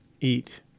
eat